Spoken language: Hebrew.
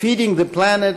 Feeding the Planet,